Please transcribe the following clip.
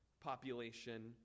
population